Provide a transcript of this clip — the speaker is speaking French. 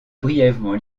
brièvement